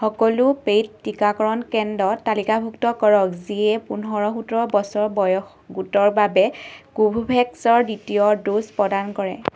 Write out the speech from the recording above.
সকলো পে'ইড টীকাকৰণ কেন্দ্ৰ তালিকাভুক্ত কৰক যিয়ে পোন্ধৰ সোতৰ বছৰ বয়স গোটৰ বাবে কোভোভেক্সৰ দ্বিতীয় ড'জ প্ৰদান কৰে